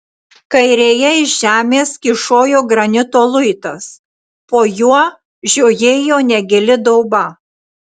kairėje iš žemės kyšojo granito luitas po juo žiojėjo negili dauba